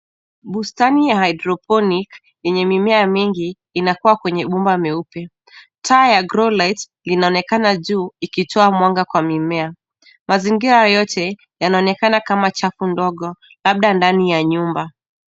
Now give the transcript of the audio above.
Bustani ya hydroponic yenye mimea mingi, inakua kwenye mabomba meupe. Taa ya grow light linaonekana juu, ikitoa mwanga kwa mimea. Mazingira yote yanaonekana kama chafu ndogo, labda ndani ya nyumba.